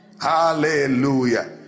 Hallelujah